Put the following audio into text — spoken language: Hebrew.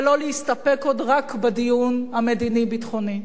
ולא להסתפק עוד רק בדיון המדיני-ביטחוני.